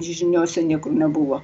žiniose niekur nebuvo